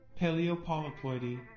paleopolyploidy